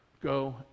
go